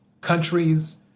countries